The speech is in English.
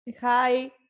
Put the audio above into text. hi